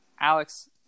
Alex